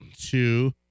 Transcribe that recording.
two